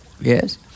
yes